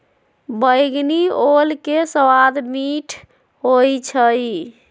बइगनी ओल के सवाद मीठ होइ छइ